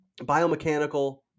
biomechanical